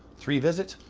three visits,